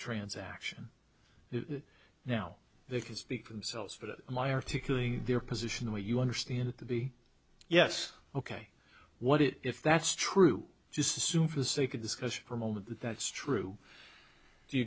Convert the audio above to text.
transaction it now they can speak for themselves but my articulating their position the way you understand it to be yes ok what if that's true just assume for the sake of discussion for a moment that that's true do you